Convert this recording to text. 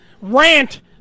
rant